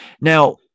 Now